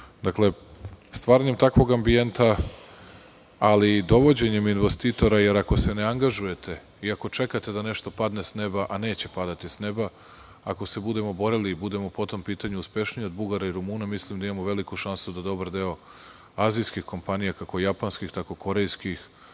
skupštini. Stvaranjem takvog ambijenta, ali i dovođenjem investitora, jer ako se ne angažujete i ako čekate da nešto padne s neba, a neće padati s neba, ako se budemo borili i budemo po tom pitanju uspešniji od Bugara i Rumuna, mislim da imamo veliku šansu da dobar deo azijskih kompanija, kako japanskih, tako i korejskih,